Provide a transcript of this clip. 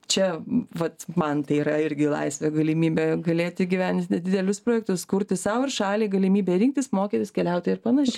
čia vat man tai yra irgi laisvė galimybė galėti įgyvendinti didelius projektus kurti sau ir šaliai galimybę rinktis mokytis keliauti ir panašiai